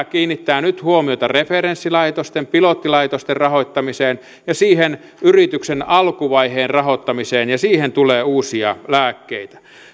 kiinnittää nyt huomiota referenssilaitosten pilottilaitosten rahoittamiseen ja siihen yrityksen alkuvaiheen rahoittamiseen ja siihen tulee uusia lääkkeitä